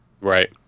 Right